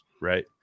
right